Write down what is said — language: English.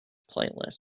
playlist